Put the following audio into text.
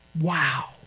Wow